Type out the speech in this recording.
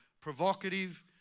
provocative